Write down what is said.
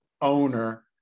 owner